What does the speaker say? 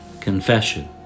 Confession